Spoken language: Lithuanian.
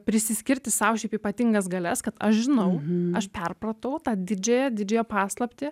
prisiskirti sau šiaip ypatingas galias kad aš žinau aš perpratau tą didžiąją didžiąją paslaptį